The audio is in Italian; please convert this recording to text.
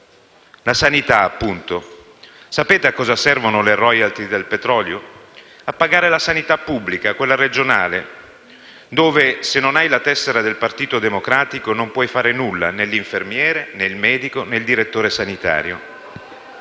La sanità, appunto. Sapete a cosa servono le *royalty* del petrolio? A pagare la sanità pubblica, quella regionale, dove, se non hai la tessera del Partito Democratico, non puoi fare nulla, né l'infermiere, né il medico, né il direttore sanitario.